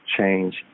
change